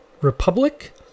Republic